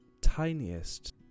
tiniest